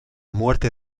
muerte